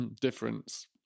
difference